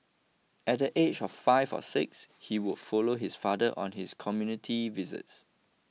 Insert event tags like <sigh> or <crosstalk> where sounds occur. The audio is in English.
at the age of five or six <noise> he would follow his father on his community visits